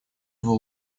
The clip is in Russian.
его